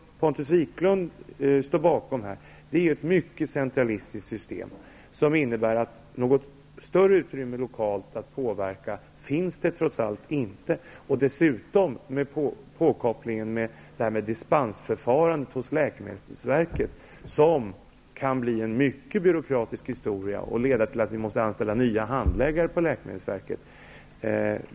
Pontus Wiklund står bakom ett mycket centralistiskt system. Något större utrymme för lokal påverkan finns inte. Påkoppling av dispensförfarandet hos läkemedelsverket kan bli en mycket byråkratisk historia. Det kan leda till att man måste anställa nya handläggare på läkemedelsverket.